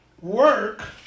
work